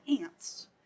ants